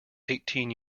eighteen